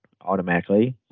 automatically